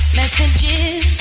messages